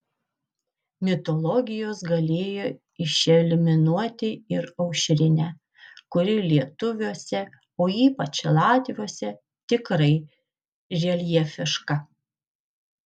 mitologijos galėjo išeliminuoti ir aušrinę kuri lietuviuose o ypač latviuose tikrai reljefiška